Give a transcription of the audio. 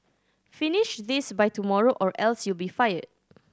finish this by tomorrow or else you'll be fired